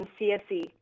CSE